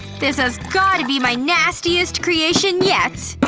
this has gotta be my nastiest creation yet!